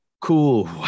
cool